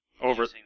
over